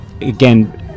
again